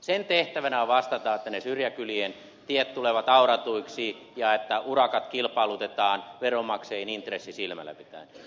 tiehallinnon tehtävänä on vastata että ne syrjäkylien tiet tulevat auratuiksi ja että urakat kilpailutetaan veronmaksajien intressi silmälläpitäen